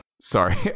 Sorry